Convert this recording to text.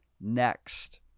next